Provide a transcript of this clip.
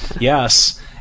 Yes